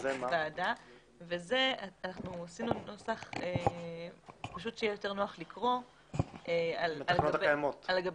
עשינו נוסח שיהיה יותר נוח לקרוא על גבי